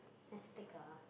let's take a